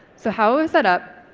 so how it was set up,